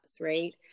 Right